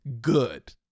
good